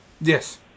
Yes